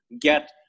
get